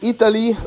Italy